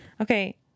Okay